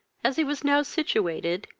as he was now situated,